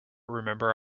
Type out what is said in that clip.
remember